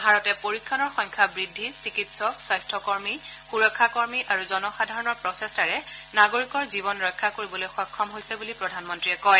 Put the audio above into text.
ভাৰতে পৰীক্ষণৰ সংখ্যা বৃদ্ধি চিকিৎসক স্বাস্থকৰ্মী সুৰক্ষাকৰ্মী আৰু জনসাধাৰণৰ প্ৰচেষ্টাৰে নাগৰিকৰ জীৱন ৰক্ষা কৰিবলৈ সক্ষম হৈছে বুলি প্ৰধানমন্ত্ৰীয়ে কয়